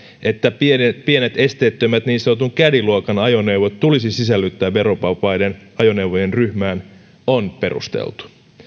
että pienet pienet esteettömät niin sanotun caddy luokan ajoneuvot tulisi sisällyttää verovapaiden ajoneuvojen ryhmään on perusteltu